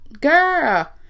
Girl